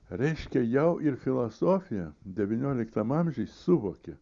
reiškia jau ir filosofija devynioliktam amžiui suvokė